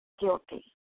guilty